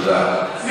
תודה.